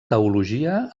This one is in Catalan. teologia